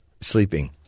sleeping